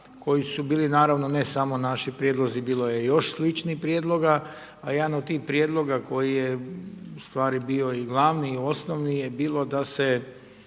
koji su bili naravno ne samo naši prijedlozi, bilo je još sličnih prijedloga, a jedan od tih prijedloga koji je u stvari bio i glavni i osnovni je bilo da se